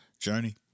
journey